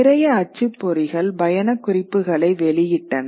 நிறைய அச்சுப்பொறிகள் பயணக் குறிப்புகளை வெளியிட்டன